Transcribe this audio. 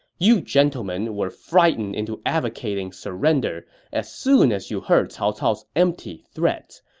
you gentlemen were frightened into advocating surrender as soon as you heard cao cao's empty threats.